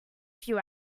few